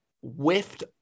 whiffed